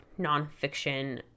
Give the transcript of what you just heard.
nonfiction